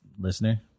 listener